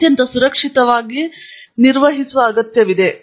ಆದ್ದರಿಂದ ನೀವು ಸುರಕ್ಷಿತವಾಗಿ ನಿರ್ವಹಿಸಲು ಕೆಲವು ಮಟ್ಟದ ಔಪಚಾರಿಕ ಗಮನ ಅಗತ್ಯವಿರುವ ವಿಷಯ